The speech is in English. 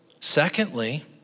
Secondly